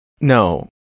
No